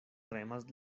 tremas